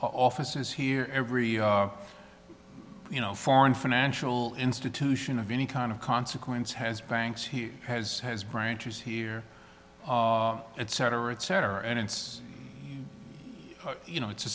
offices here every you know foreign financial institution of any kind of consequence has banks here has has branches here and cetera et cetera and it's you know it's a